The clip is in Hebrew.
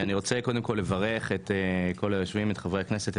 אני רוצה קודם כול לברך את כל היושבים את חברי הכנסת,